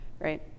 Right